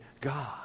God